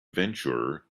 venture